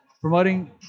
promoting